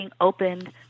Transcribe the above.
opened